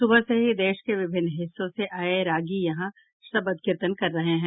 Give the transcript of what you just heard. सुबह से ही देश के विभिन्न हिस्सों से आये रागी यहां शबद कीर्तन कर रहे हैं